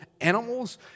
animals